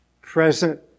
present